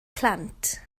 plant